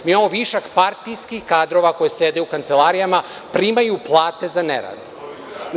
Mi imamo višak partijskih kadrova koji sede u kancelarijama, primaju plate za ne rad.